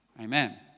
Amen